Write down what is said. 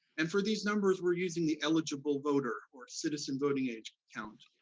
and for these numbers, we're using the eligible voter or citizen voting age count,